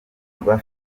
rwa